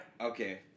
Okay